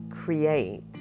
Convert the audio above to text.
Create